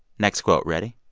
next quote. ready?